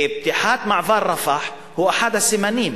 ופתיחת מעבר היא אחד הסימנים.